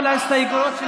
כל הכבוד לכם,